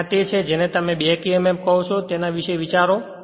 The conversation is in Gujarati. અને આ તે છે જેને તમે બેક emf કહો છો તેના વિશે વિચારો